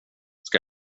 ska